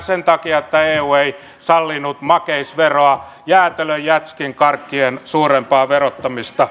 sen takia että eu ei sallinut makeisveroa jäätelön jätskin karkkien suurempaa verottamista